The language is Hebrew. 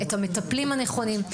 מטפלים נכונים,